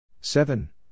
seven